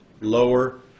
lower